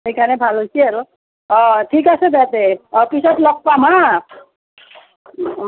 সেইকাৰণে ভাল হৈছি আৰু অঁ ঠিক আছে দে ইয়াতে অঁ পিছত লগ পাম হাঁ অঁ